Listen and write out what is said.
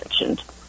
mentioned